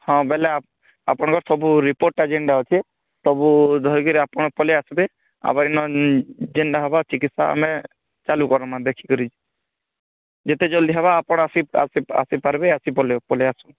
ହଁ ବୋଲେ ଆପଣଙ୍କର ସବୁ ରିପୋର୍ଟଟା ଯେନ୍ତା ଅଛି ସବୁ ଧରିକି ଆପଣ ପଳେଇ ଆସିବେ ଆପଣଙ୍କର ଯେନ୍ତା ହବ ଚିକିତ୍ସା ଆମେ ଚାଲୁ କର୍ମା ଦେଖିକରି ଯେତେ ଜଲ୍ଦି ହବ ଆପଣ ଆସି ଆସି ଆସି ପାରିବେ ଆସି ପଲେଇ ଆସନ୍ତୁ